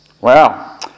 Wow